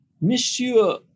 Monsieur